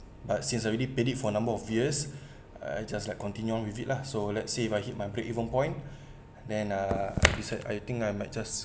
but since I already paid it for a number of years I just like continue on with it lah so let's say if I hit my break even point then uh beside I think I might just